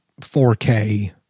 4k